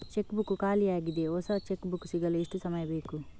Check book ಖಾಲಿ ಯಾಗಿದೆ, ಹೊಸ ಚೆಕ್ ಬುಕ್ ಸಿಗಲು ಎಷ್ಟು ಸಮಯ ಬೇಕು?